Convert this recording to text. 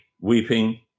weeping